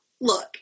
Look